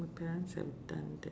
my parents have done that